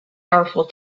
powerful